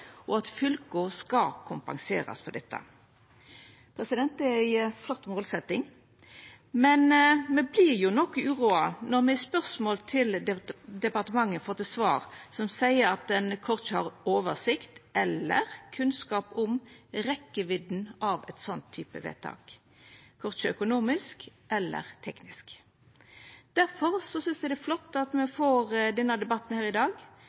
at fylka skal kompenserast for dette. Det er ei flott målsetjing, men me vert jo litt uroa når me på spørsmål til departementet får eit svar som seier at ein korkje har oversikt over eller kunnskap om rekkjevidda av ein sånn type vedtak, korkje økonomisk eller teknisk. Difor synest eg det er flott at me får denne debatten her i dag.